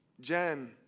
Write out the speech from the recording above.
Jen